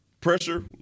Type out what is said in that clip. pressure